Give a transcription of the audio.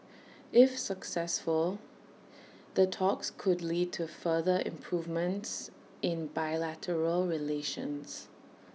if successful the talks could lead to further improvements in bilateral relations